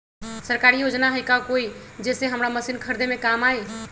सरकारी योजना हई का कोइ जे से हमरा मशीन खरीदे में काम आई?